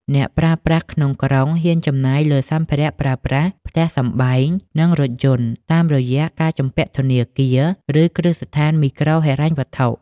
អ្នកប្រើប្រាស់ក្នុងក្រុងហ៊ានចំណាយលើសម្ភារៈប្រើប្រាស់ ផ្ទះសម្បែង និងរថយន្ត តាមរយៈការជំពាក់ធនាគារ ឬគ្រឹះស្ថានមីក្រូហិរញ្ញវត្ថុ។